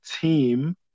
team